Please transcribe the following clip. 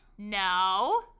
No